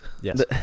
yes